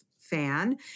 fan